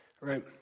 right